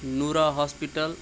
نوٗرا hospital